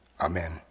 Amen